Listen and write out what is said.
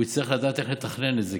הוא יצטרך לדעת איך לתכנן את זה,